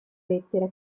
lettera